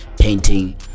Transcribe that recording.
painting